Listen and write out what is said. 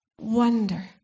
Wonder